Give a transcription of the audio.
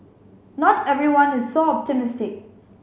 not everyone is so optimistic